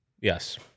Yes